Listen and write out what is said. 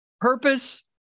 purpose